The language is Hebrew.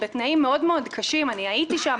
בתנאים קשים מאוד הייתי שם,